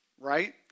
right